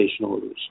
orders